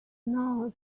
now